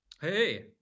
Hey